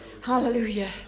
Hallelujah